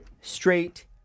straight